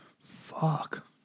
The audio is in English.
Fuck